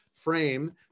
frame